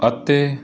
ਅਤੇ